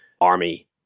army